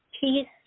peace